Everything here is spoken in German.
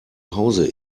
hause